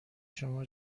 شما